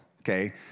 Okay